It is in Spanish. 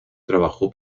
trabajó